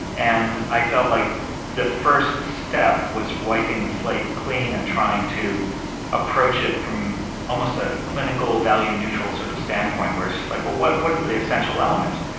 and and i felt like the first step was wiping the slate clean and trying to approach it from almost a clinical value neutral sort of standpoint, where it's just like, well, what what are the essential elements?